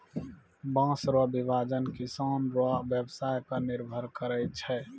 बाँस रो विभाजन किसान रो व्यवसाय पर निर्भर करै छै